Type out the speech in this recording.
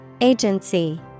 Agency